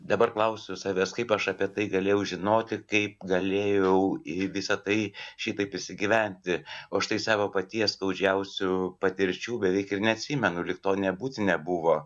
dabar klausiu savęs kaip aš apie tai galėjau žinoti kaip galėjau į visa tai šitaip įsigyventi o štai savo paties skaudžiausių patirčių beveik ir neatsimenu lyg to net būti nebuvo